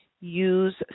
use